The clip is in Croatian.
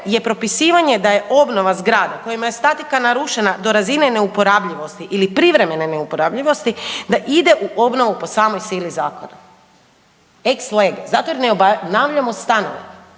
je propisivanje da je obnova zgrada kojima je statika narušena do razine neuporabljivosti ili privremene neuporabljivosti, da ide u obnovu po samoj sili Zakona. Ex lege zato jer ne obnavljamo stanove,